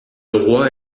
roi